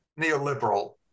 neoliberal